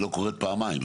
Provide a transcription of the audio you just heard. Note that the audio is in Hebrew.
היא לא קורית פעמיים.